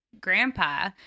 grandpa